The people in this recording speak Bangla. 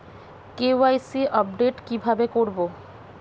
কে.ওয়াই.সি আপডেট কি ভাবে করবো?